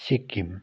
Sikkim